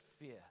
fear